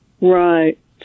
Right